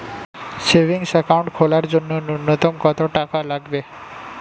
Savings account খোলার জন্য নূন্যতম কত টাকা লাগবে?